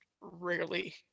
rarely